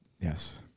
Yes